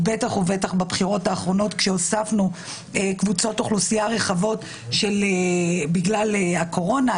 ובטח בבחירות האחרונות כשהוספנו קבוצות אוכלוסייה נוספות בגלל הקורונה.